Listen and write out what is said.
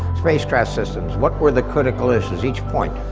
space craft systems, what were the critical issues, each point.